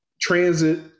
transit